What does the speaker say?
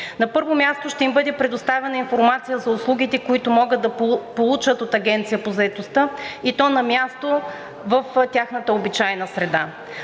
На първо място, ще им бъде предоставена информация за услугите, които могат да получат от Агенцията по заетостта, и то на място в тяхната обичайна среда.